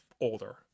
older